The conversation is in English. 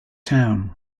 town